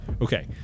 Okay